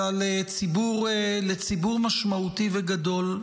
אלא לציבור משמעותי וגדול.